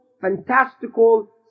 fantastical